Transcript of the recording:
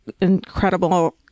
incredible